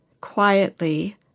quietly